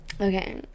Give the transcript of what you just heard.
okay